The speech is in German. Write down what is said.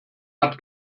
hat